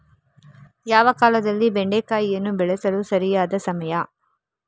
ಯಾವ ಕಾಲದಲ್ಲಿ ಬೆಂಡೆಕಾಯಿಯನ್ನು ಬೆಳೆಸಲು ಸರಿಯಾದ ಸಮಯ?